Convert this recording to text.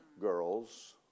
girls